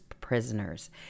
prisoners